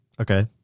Okay